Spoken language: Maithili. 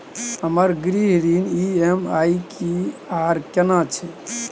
हमर गृह ऋण के ई.एम.आई की आर केना छै?